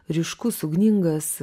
ryškus ugningas